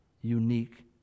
unique